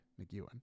McEwen